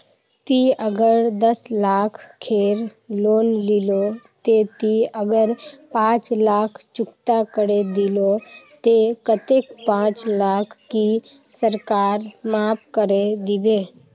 ती अगर दस लाख खेर लोन लिलो ते ती अगर पाँच लाख चुकता करे दिलो ते कतेक पाँच लाख की सरकार माप करे दिबे?